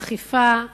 באכיפה,